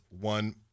one